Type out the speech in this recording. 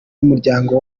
y’umuryango